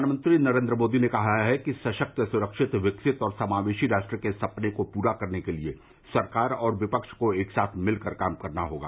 प्रधानमंत्री नरेंद्र मोदी ने कहा है कि सशक्त सुरक्षित विकसित और समावेशी राष्ट्र के सपने को पूरा करने के लिए सरकार और विपक्ष को एक साथ मिलकर काम करना होगा